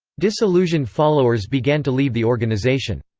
disillusioned followers began to leave the organisation.